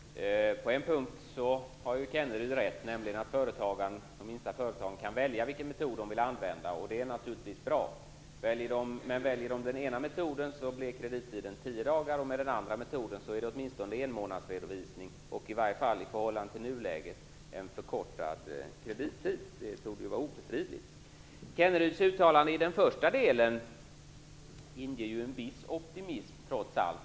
Herr talman! På en punkt har Kenneryd rätt, nämligen att de minsta företagen kan välja vilken metod som de vill använda, och det är naturligtvis bra. Men om de väljer den ena metoden, blir kredittiden tio dagar, och med den andra metoden blir det åtminstone enmånadsredovisning och i varje fall i förhållande till nuläget en förkortad kredittid. Det torde vara obestridligt. Den första delen av Kenneryds uttalande inger trots allt en viss optimism.